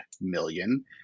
million